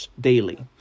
daily